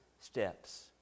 steps